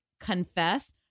confess